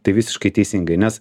tai visiškai teisingai nes